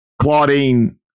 Claudine